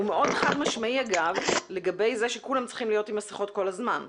אגב הוא מאוד חד-משמעי לגבי זה שכולם צריכים להיות עם מסכות כל הזמן.